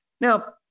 Now